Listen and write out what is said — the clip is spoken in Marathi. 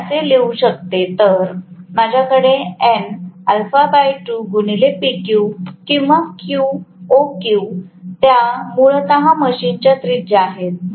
म्हणून मी असे लिहू शकते तर माझ्याकडे nα2 गुणिले PQ किंवा OQ त्या मूलत मशीनच्या त्रिज्या आहेत